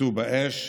הוצתו באש.